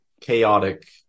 chaotic